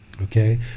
Okay